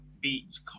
beats